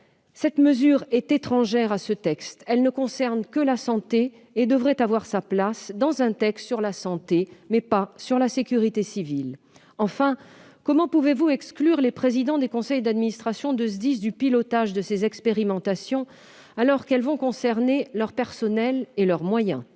Cette mesure est étrangère à ce texte. Elle ne concerne que la santé et devrait avoir sa place dans un texte qui concerne non pas la sécurité civile, mais la santé. Enfin, comment pouvez-vous exclure les présidents des conseils d'administration des SDIS du pilotage de ces expérimentations, alors que celles-ci vont concerner leurs personnels et leurs moyens ?